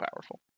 powerful